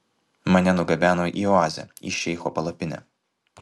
mane nugabeno į oazę į šeicho palapinę